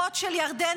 אחות של ירדן,